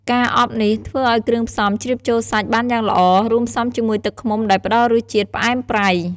ការអប់នេះធ្វើឱ្យគ្រឿងផ្សំជ្រាបចូលសាច់បានយ៉ាងល្អ រួមផ្សំជាមួយទឹកឃ្មុំដែលផ្តល់រសជាតិផ្អែមប្រៃ ។